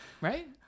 Right